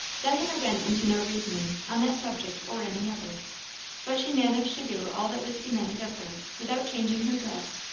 diana went into no reasoning, on that subject or any other but she managed to do all that was demanded of her without changing her dress,